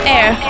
Air